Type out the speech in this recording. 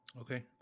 Okay